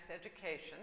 education